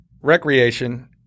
recreation